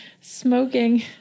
Smoking